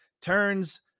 turns